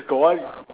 got one